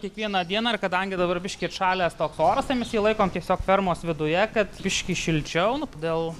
kiekvieną dieną ir kadangi dabar biški atšalęs toks oras tai mes jį laikom tiesiog fermos viduje kad biški šilčiau nu todėl